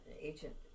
agent